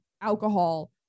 alcohol